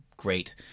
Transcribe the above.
great